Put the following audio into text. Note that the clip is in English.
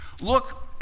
Look